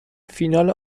فینال